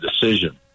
decision